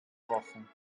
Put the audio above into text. wochen